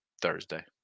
Thursday